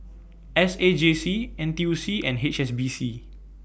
S A J C N T U C and H S B C